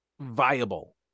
viable